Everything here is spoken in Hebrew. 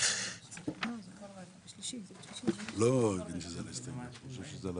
יש באג רציני בחוק.